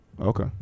okay